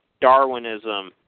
Darwinism